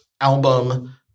album